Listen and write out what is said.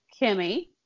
Kimmy